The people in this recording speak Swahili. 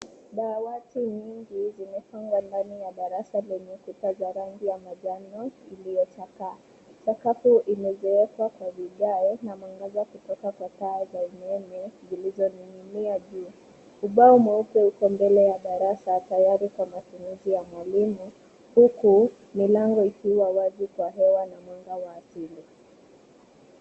Dawati nyingi zimepangwa ndani ya darasa lenye kuta za rangi ya manjano iliyochakaa. Sakafu imezeekwa kwa vigae na mwangaza kutoka kwa taa za umeme zilizoning'inia juu. Ubao mweupe uko mbele ya darasa tayari kwa matumizi ya mwalimu huku milango ikiwa wazi kwa hewa na mwanga wa asili.